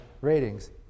ratings